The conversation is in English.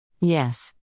Yes